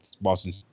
Boston